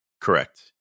Correct